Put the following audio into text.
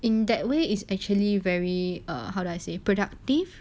in that way is actually very err how do I say productive